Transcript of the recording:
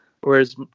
whereas